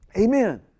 Amen